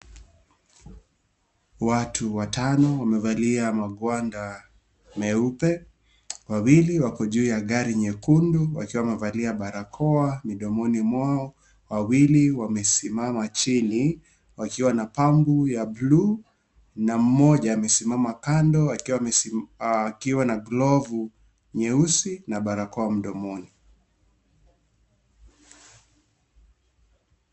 Watu watano wamevalia mawanda meupe, wawili wako juu ya gari nyekundu wakiwa wamevalia barakoa mdomoni mwao, wawili wamesimama chini wakiwa na pampu ya bluu na mmoja amesimama kando akiwa na glavu nyeusi na barakoa mdomoni .